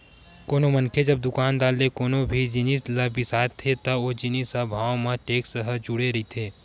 कोनो मनखे जब दुकानदार ले कोनो भी जिनिस ल बिसाथे त ओ जिनिस म भाव म टेक्स ह जुड़े रहिथे